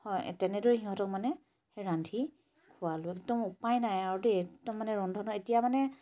হয় তেনেদৰেই সিহঁতক মানে ৰান্ধি খোৱালো একদম উপায় নাই আৰু দেই একদম মানে ৰন্ধনৰ এতিয়া মানে